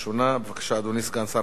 בבקשה, אדוני, סגן שר האוצר.